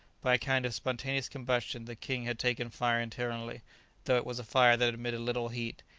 by a kind of spontaneous combustion, the king had taken fire internally though it was a fire that emitted little heat,